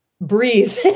breathe